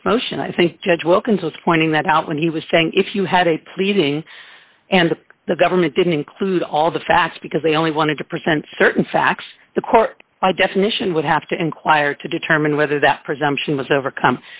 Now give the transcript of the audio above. its motion i think judge wilkinsons pointing that out when he was saying if you had a pleading and the government didn't include all the facts because they only wanted to present certain facts the court by definition would have to inquire to determine whether that presumption was overcome